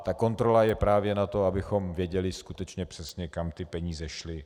Ta kontrola je právě na to, abychom věděli úplně přesně, kam peníze šly.